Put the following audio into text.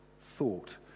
thought